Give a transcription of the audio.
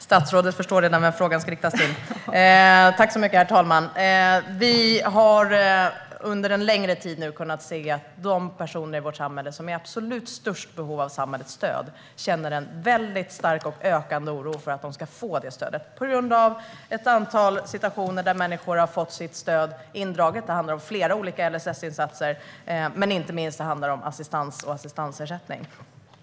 Herr talman! Under en längre tid har personer i vårt samhälle som är i absolut störst behov av samhällets stöd känt en stark och ökande oro över om de ska få detta stöd på grund av att ett antal människor har fått sitt stöd indraget. Det handlar om flera olika LSS-insatser, men inte minst handlar det om assistans och assistansersättning.